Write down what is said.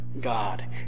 God